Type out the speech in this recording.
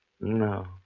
No